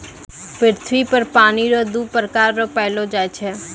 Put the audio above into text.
पृथ्वी पर पानी रो दु प्रकार रो पैलो जाय छै